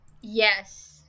Yes